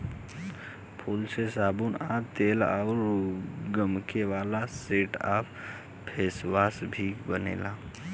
फूल से साबुन आ तेल अउर गमके वाला सेंट आ फेसवाश भी बनेला